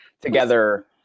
together